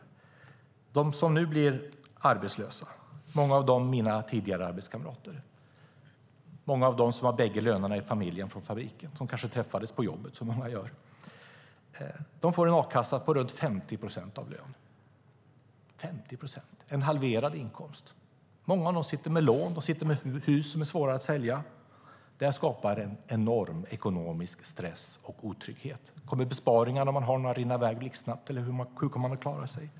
Många av dem som nu blir arbetslösa är mina tidigare arbetskamrater. Många av dem är par som har bägge lönerna i familjen från fabriken; de kanske träffades på fabriken, som många gör. De får en a-kassa på runt 50 procent av lönen, en halverad inkomst. Många av dem sitter med lån och ett hus som är svårt att sälja. Det skapar en enorm ekonomisk stress och otrygghet. Kommer besparingarna, om man att ha några, att rinna i väg blixtsnabbt? Hur kommer man att klara sig?